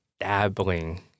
dabbling